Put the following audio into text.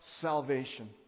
salvation